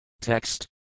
Text